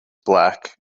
black